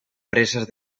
presas